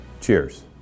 Cheers